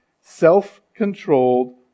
self-controlled